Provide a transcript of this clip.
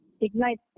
ignite